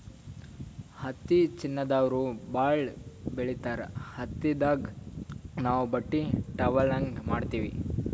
ಹತ್ತಿ ಚೀನಾದವ್ರು ಭಾಳ್ ಬೆಳಿತಾರ್ ಹತ್ತಿದಾಗ್ ನಾವ್ ಬಟ್ಟಿ ಟಾವೆಲ್ ಅಂಗಿ ಮಾಡತ್ತಿವಿ